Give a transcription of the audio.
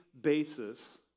basis